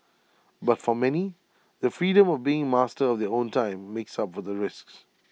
but for many the freedom of being master of their own time makes up for the risks